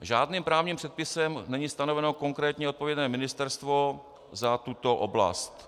Žádným právním předpisem není stanoveno konkrétně odpovědné ministerstvo za tuto oblast.